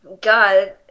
God